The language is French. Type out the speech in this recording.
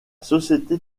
société